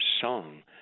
song